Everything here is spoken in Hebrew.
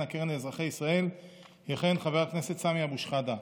הקרן לאזרחי ישראל יכהן חבר הכנסת סמי אבו שחאדה,